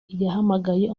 yahamagaye